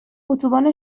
اتوبان